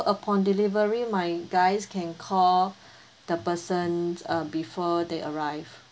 upon delivery my guys can call the person uh before they arrived